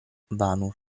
vanur